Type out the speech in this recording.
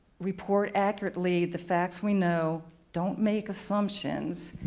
report accurately the facts we know, don't make assumptions,